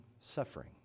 suffering